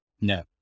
No